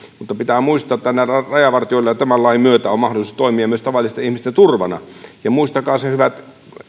mutta pitää muistaa että näillä rajavartijoilla tämän lain myötä on mahdollisuus toimia myös tavallisten ihmisten turvana ja muistakaa se hyvät